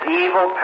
evil